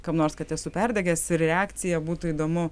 kam nors kad esu perdegęs ir reakcija būtų įdomu